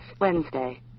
Wednesday